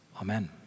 amen